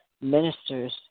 ministers